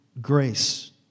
grace